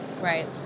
Right